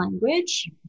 language